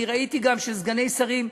אני ראיתי גם שסגני שרים,